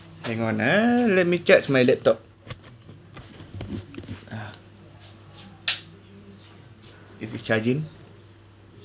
hang on ah let me charge my laptop if it's recharging